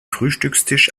frühstückstisch